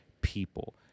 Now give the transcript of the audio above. people